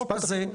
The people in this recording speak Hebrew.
משפט אחרון.